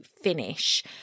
finish